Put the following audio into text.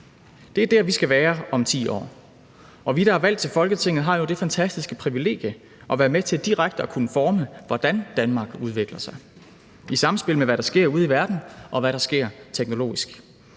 Det er der, vi skal være om 10 år. Og vi, der er valgt til Folketinget, har jo det fantastiske privilegium at være med til direkte at kunne forme, hvordan Danmark udvikler sig – i samspil med, hvad der sker ude i verden, og hvad der sker teknologisk.